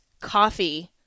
coffee